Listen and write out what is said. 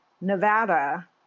Nevada